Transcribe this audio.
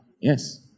Yes